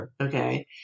Okay